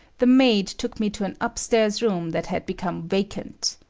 the maid took me to an upstairs room that had became vacant.